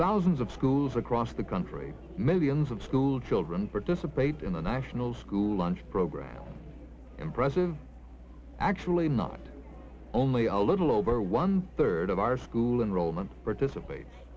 thousands of schools across the country millions of schoolchildren participate in the national school lunch program impressive actually not only a little over one third of our school enrollment participates